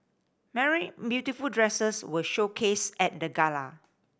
many beautiful dresses were showcased at the gala